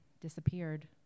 disappeared